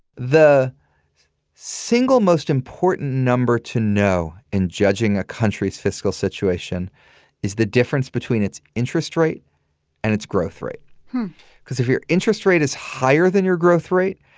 the single most important number to know in judging a country's fiscal situation is the difference between its interest rate and its growth rate because if your interest rate is higher than your growth rate,